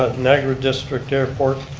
ah niagara district airport.